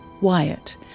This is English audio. Wyatt